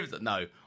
no